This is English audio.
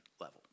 level